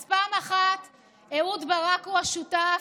אז פעם אחת אהוד ברק הוא השותף,